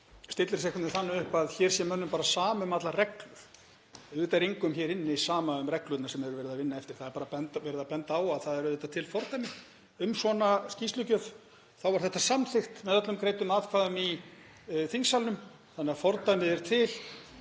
stillir þessu einhvern veginn þannig upp að hér sé mönnum bara sama um allar reglur. Auðvitað er engum hér inni sama um reglurnar sem verið er að vinna eftir. Það er bara verið að benda á að það eru auðvitað til fordæmi um svona skýrslugjöf. Þá var þetta samþykkt með öllum greiddum atkvæðum í þingsalnum þannig að fordæmið er til.